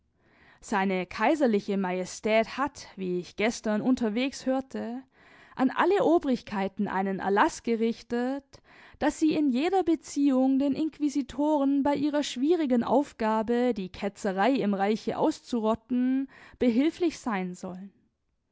seine kaiserliche majestät hat wie ich gestern unterwegs hörte an alle obrigkeiten einen erlaß gerichtet daß sie in jeder beziehung den inquisitoren bei ihrer schwierigen aufgabe die ketzerei im reiche auszurotten behilflich sein sollen